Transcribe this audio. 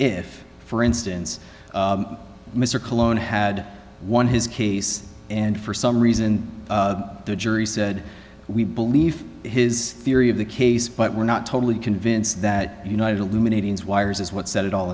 if for instance mr cologne had won his case and for some reason the jury said we believe his theory of the case but we're not totally convinced that united alumina things wires is what set it all